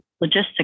logistics